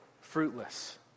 fruitless